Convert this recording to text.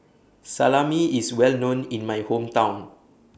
Salami IS Well known in My Hometown